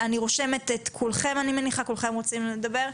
אני רושמת את כולכם אני מניחה, כולכם רוצים לדבר?